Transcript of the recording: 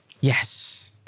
Yes